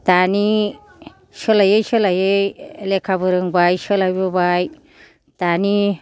दानि सोलायै सोलायै लेखाबो रोंबाय सोलायबोबाय दानि